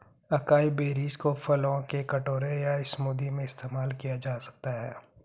acai berries को फलों के कटोरे या स्मूदी में इस्तेमाल किया जा सकता है